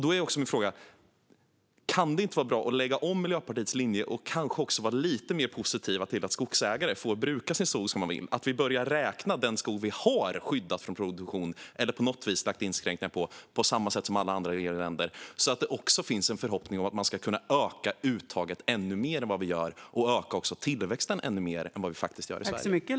Då är min fråga: Kan det inte vara bra att lägga om Miljöpartiets linje och kanske vara lite mer positiva till att skogsägare får bruka sin skog som de vill, att vi börjar räkna den skog som vi har skyddat från produktion eller på något vis lagt inskränkningar på, på samma sätt som alla andra EU-länder gör, så att det finns hopp om att vi ska kunna öka uttaget och också öka tillväxten ännu mer än vad vi gör i Sverige?